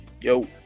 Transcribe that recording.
Yo